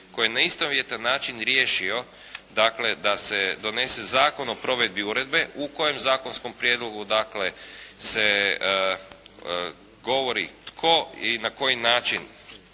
koji je na istovjetan način riješio dakle da se donese Zakon o provedbi uredbe u kojem zakonskom prijedlogu dakle se govori tko i na koji način